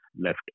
left